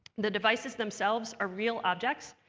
the devices themselves are real objects,